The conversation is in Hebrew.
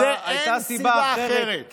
אין סיבה אחרת.